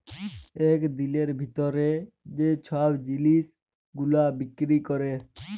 ইক দিলের ভিতরে যে ছব জিলিস গুলা বিক্কিরি ক্যরে